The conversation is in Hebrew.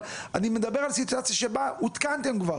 אבל אני מדבר על סיטואציה שבה עודכנתם כבר,